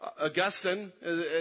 Augustine